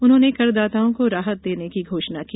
उन्होंने करदाताओं को राहत देने की घोषणा की